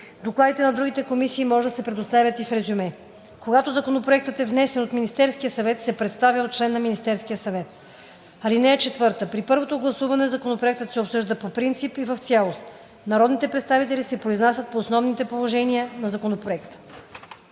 Докладите на другите комисии може да се представят и в резюме. Когато законопроектът е внесен от Министерския съвет, се представя от член на Министерския съвет. (4) При първото гласуване законопроектът се обсъжда по принцип и в цялост. Народните представители се произнасят по основните положения на законопроекта.“